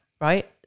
right